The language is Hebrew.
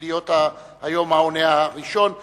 להיות העונה הראשון היום.